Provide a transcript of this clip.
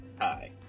hi